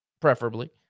preferably